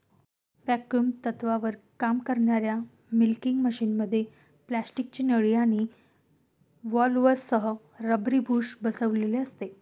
vacuum तत्त्वावर काम करणाऱ्या मिल्किंग मशिनमध्ये प्लास्टिकची नळी आणि व्हॉल्व्हसह रबरी बुश बसविलेले असते